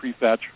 prefetch